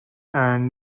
and